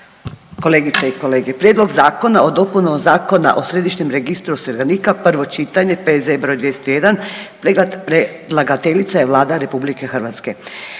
kolegice i kolege. Prijedlog zakona o dopunama Zakona o Središnjem registru osiguranika, prvo čitanje, P.Z.E. br. 201, predlagateljica je Vlada RH. Zakon